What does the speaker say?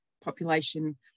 population